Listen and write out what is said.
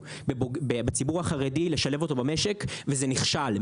בציבור החרדי לשלב אותו במשק וזה נכשל.